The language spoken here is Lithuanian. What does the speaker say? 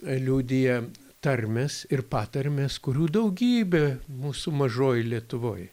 liudija tarmės ir patarmės kurių daugybė mūsų mažojoj lietuvoj